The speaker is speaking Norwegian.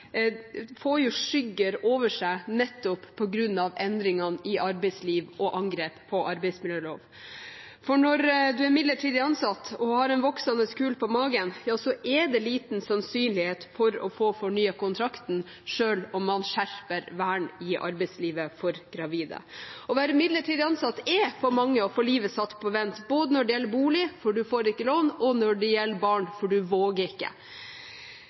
skygger over seg nettopp på grunn av endringene i arbeidslivet og angrep på arbeidsmiljøloven, for når man er midlertidig ansatt og har en voksende kul på magen, er det liten sannsynlighet for å få fornyet kontrakten – selv om man skjerper vern av gravide i arbeidslivet. Å være midlertidig ansatt er for mange å få livet satt på vent – både når det gjelder bolig, for man får ikke lån, og når det gjelder barn, for man våger ikke.